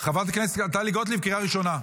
חברת הכנסת טלי גוטליב, קריאה ראשונה.